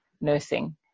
nursing